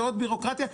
ועוד בירוקרטיה.